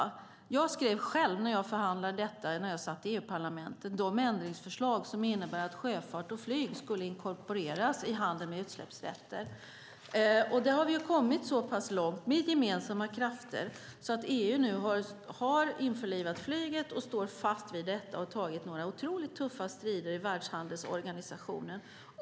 När jag satt i EU-parlamentet och förhandlade detta skrev jag själv de ändringsförslag som innebär att sjöfart och flyg ska inkorporeras i handeln med utsläppsrätter. Här har vi kommit så pass långt med gemensamma krafter att EU har införlivat flyget och står fast vid det. Man har tagit några tuffa strider i Världshandelsorganisationen.